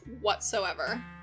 whatsoever